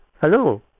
Hello